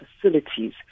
facilities